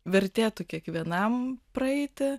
vertėtų kiekvienam praeiti